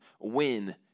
win